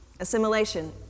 Assimilation